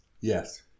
yes